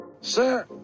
Sir